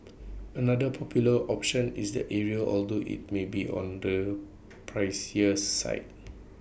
another popular option is the area although IT may be on the pricier side